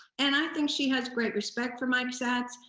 and i think she has great respect for mike satz,